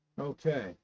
Okay